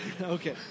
Okay